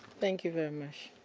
thank you very much.